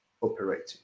operating